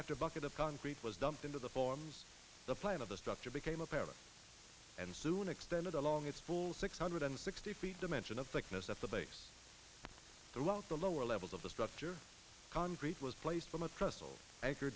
after bucket of concrete was dumped into the forms the plan of the structure became apparent and soon extended along its full six hundred and sixty feet dimension of thickness at the base throughout the lower levels of the state ger concrete was placed from a